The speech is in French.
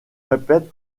répète